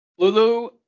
Lulu